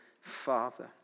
Father